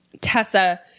Tessa